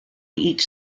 each